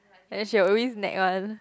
and then she'll always nag one